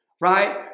right